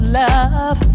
love